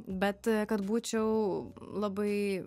bet kad būčiau labai